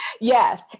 Yes